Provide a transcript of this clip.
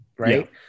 Right